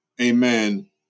amen